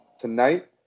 Tonight